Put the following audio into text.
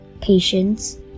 patience